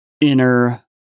inner